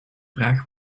vraag